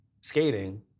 skating